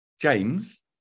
James